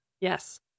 Yes